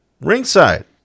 ringside